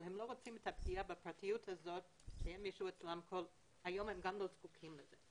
אבל הם לא רוצים את הפגיעה בפרטיות הזאת היום הם גם לא זקוקים לזה.